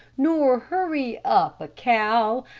nor hurry up a cow,